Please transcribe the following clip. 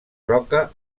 roca